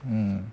mm